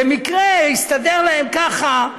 שבמקרה הסתדר להם ככה.